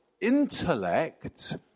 intellect